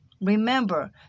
remember